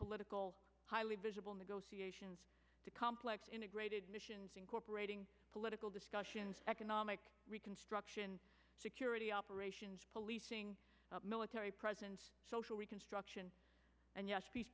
political highly visible negotiations to complex integrated missions incorporating political discussions economic reconstruction security operations policing military presence social reconstruction and yes peace